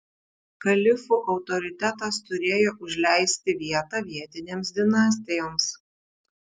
kalifų autoritetas turėjo užleisti vietą vietinėms dinastijoms